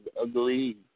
ugly